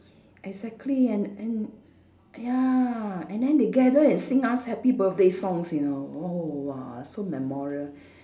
exactly and and ya and then they gather and sing us happy birthday songs you know oh !wah! so memorial